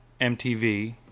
MTV